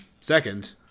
second